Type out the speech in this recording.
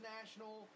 National